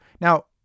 Now